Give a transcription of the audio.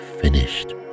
finished